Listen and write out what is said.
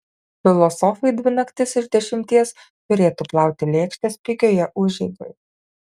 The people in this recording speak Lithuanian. filosofai dvi naktis iš dešimties turėtų plauti lėkštes pigioje užeigoje